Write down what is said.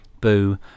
boo